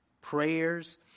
prayers